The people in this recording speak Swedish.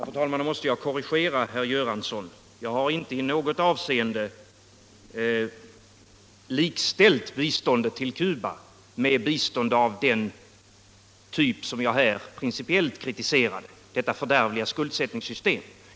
Fru talman! Jag måste korrigera herr Göransson. Jag har inte i något avseende likställt biståndet till Cuba med bistånd av den typ som jag här principiellt kritiserar, nämligen detta fördärvliga skuldsättningssystem.